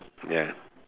ya